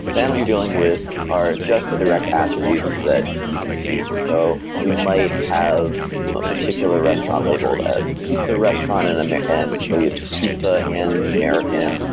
then what you're dealing with are just the direct attributes that you can see. so we might have a particular restaurant labeled as a pizza restaurant and and and maybe it's a pizza and american,